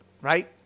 right